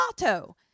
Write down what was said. motto